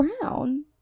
brown